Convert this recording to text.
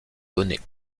donnés